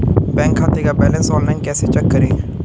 Bank खाते का balance online कैसे चेक करें?